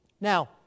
Now